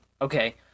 okay